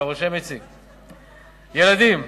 ילדים,